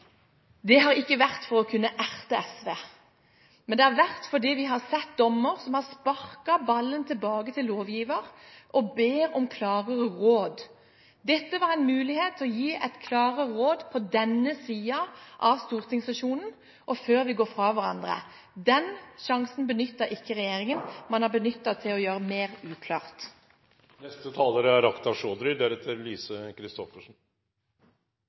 har ikke vært å erte SV. Det har vært fordi vi har sett dommer som har sparket ballen tilbake til lovgiver, og som ber om klarere råd. Dette var en mulighet til å gi et klarere råd på denne siden av stortingssesjonen og før vi går fra hverandre. Den sjansen benyttet ikke regjeringen, man har benyttet den til å gjøre det mer